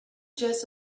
just